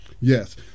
Yes